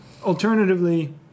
Alternatively